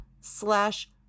slash